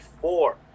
four